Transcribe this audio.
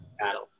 battle